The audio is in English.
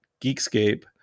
Geekscape